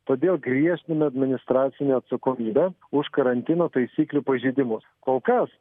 todėl griežtina administracinę atsakomybę už karantino taisyklių pažeidimus kol kas